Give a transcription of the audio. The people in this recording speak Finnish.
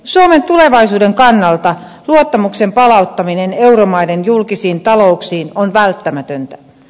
suomen tulevaisuuden kannalta luottamuksen palauttaminen euromaiden julkisiin talouksiin on välttämätöntä